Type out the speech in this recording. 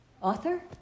Author